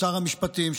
שר המשפטים,